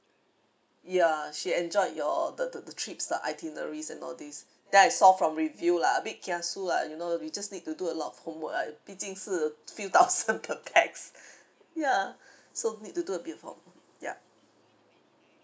ya she enjoyed your the the the trips lah itineraries and all this then I saw from review lah a bit kiasu lah you know we just need to do a lot of homework ah bi jin shi few thousands per pax ya so need to do a bit homework ya